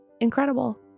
Incredible